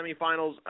semifinals